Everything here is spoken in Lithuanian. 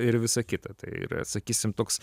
ir visa kita tai yra sakysim toks